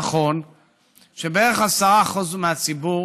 נכון שבערך 10% מהציבור